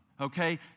Okay